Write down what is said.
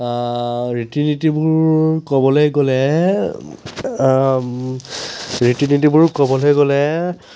ৰীতি নীতিবোৰ ক'বলৈ গ'লে ৰীতি নীতিবোৰ ক'বলৈ গ'লে